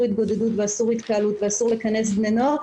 התגודדות ואסור התקהלות ואסור לכנס בני נוער,